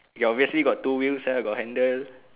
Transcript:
you obviously got two wheels uh got handle